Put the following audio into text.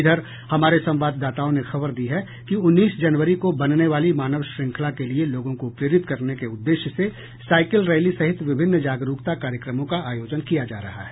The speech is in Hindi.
इधर हमारे संवाददाताओं ने खबर दी है कि उन्नीस जनवरी को बनने वाली मानव श्रंखला के लिए लोगों को प्रेरित करने के उद्देश्य से साईकिल रैली सहित विभिन्न जागरूकता कार्यक्रमों का आयोजन किया जा रहा है